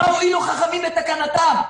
מה הועילו חכמים בתקנתם?